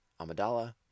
Amidala